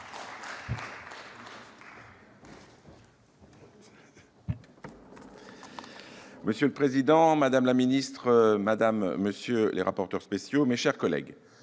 Monsieur le président, madame la ministre, madame, messieurs les rapporteurs, mes chers collègues,